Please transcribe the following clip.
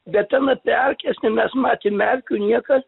bet ten apie erkes nei mes matėm erkių niekad